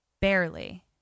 barely